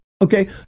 Okay